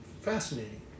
fascinating